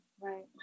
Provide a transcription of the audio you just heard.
right